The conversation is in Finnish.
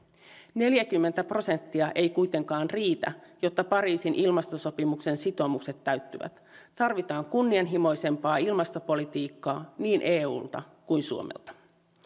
neljäkymmentä prosenttia ei kuitenkaan riitä jotta pariisin ilmastosopimuksen sitoumukset täyttyvät tarvitaan kunnianhimoisempaa ilmastopolitiikkaa niin eulta kuin suomelta